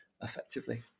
effectively